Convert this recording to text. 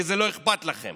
כי זה לא אכפת לכם.